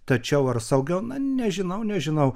tačiau ar saugiau na nežinau nežinau